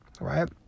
right